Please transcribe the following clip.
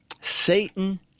Satan